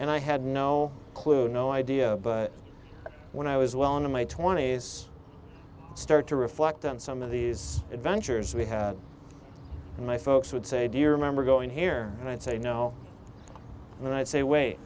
and i had no clue no idea but when i was well into my twenty's i start to reflect on some of these adventures we had and my folks would say do you remember going here and i'd say no and i'd say wait